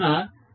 కావున 0